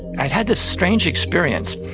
i had had this strange experience.